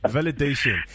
Validation